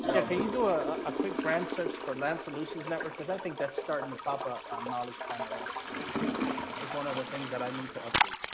so can you do a ah quick brand search for land solutions network because i think that's starting to pop up ah knowledge panel also is one of the things that i need to update.